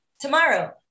Tomorrow